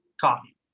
Coffee